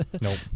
Nope